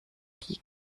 die